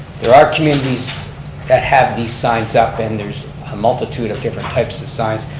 there are communities that have these signs up and there's a multitude of different types of signs,